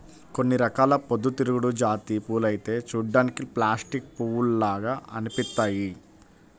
కొన్ని రకాల పొద్దుతిరుగుడు జాతి పూలైతే చూడ్డానికి ప్లాస్టిక్ పూల్లాగా అనిపిత్తయ్యి